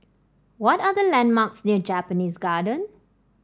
what are the landmarks near Japanese Garden